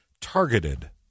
targeted